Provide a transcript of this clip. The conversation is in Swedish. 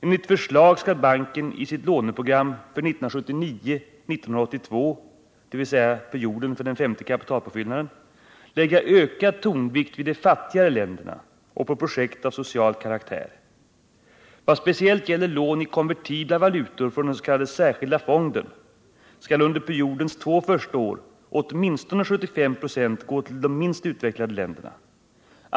Enligt förslag skall banken i sitt låneprogram för 1979-1982, dvs. perioden för den femte kapitalpåfyllnaden, lägga ökad tonvikt på de fattigare länderna och på projekt av social karaktär. Vad speciellt gäller lån i konvertibla valutor från den s.k. Särskilda fonden skall under periodens två första år åtminstone 75 "ua gå till de minst utvecklade länderna.